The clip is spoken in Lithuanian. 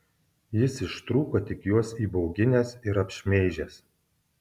jis ištrūko tik juos įbauginęs ir apšmeižęs